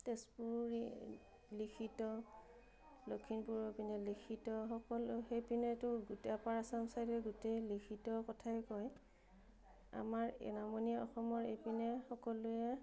তেজপুৰত লিখিত লখিমপুৰৰ পিনে লিখিত সকলো সেইপিনেতো গোটেই আপাৰ আচাম ছাইডে গোটেই লিখিত কথাই কয় আমাৰ এই নামনি অসমৰ এইপিনে সকলোৱে